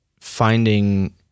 finding